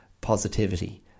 positivity